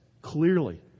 clearly